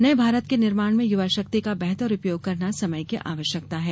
नये भारत के निर्माण में युवा शक्ति का बेहतर उपयोग करना समय की आवश्यकता है